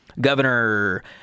Governor